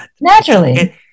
Naturally